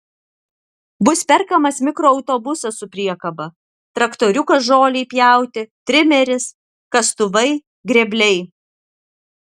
bus perkamas mikroautobusas su priekaba traktoriukas žolei pjauti trimeris kastuvai grėbliai